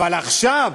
אבל עכשיו,